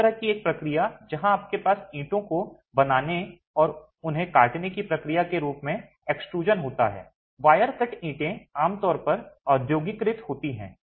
इस तरह की एक प्रक्रिया जहां आपके पास ईंटों को बनाने और फिर उन्हें काटने की प्रक्रिया के रूप में एक्सट्रूज़न होता है वायर कट ईंटें आमतौर पर औद्योगीकृत होती हैं